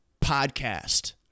podcast